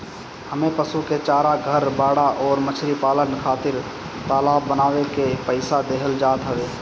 इमें पशु के चारा, घर, बाड़ा अउरी मछरी पालन खातिर तालाब बानवे के पईसा देहल जात हवे